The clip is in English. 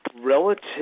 Relative